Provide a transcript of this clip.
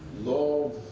love